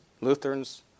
Lutherans